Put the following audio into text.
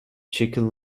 chicken